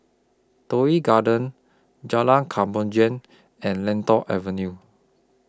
Toh Yi Garden Jalan Kemajuan and Lentor Avenue